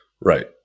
Right